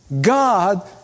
God